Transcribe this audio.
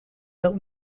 that